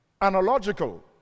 analogical